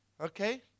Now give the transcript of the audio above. Okay